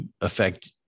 affect